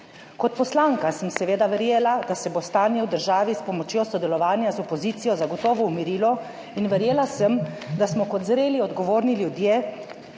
Kot poslanka sem seveda verjela, da se bo stanje v državi s pomočjo sodelovanja z opozicijo zagotovo umirilo, in verjela sem, da smo kot zreli, odgovorni ljudje